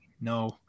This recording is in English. no